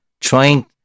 trying